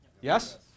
Yes